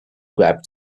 grabbed